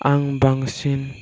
आं बांसिन